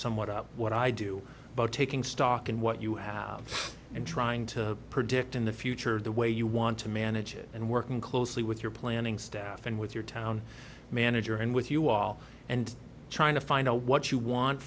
somewhat what i do but taking stock in what you have and trying to predict in the future the way you want to manage it and working closely with your planning staff and with your town manager and with you all and trying to find out what you want